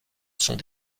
sont